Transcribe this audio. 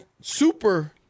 super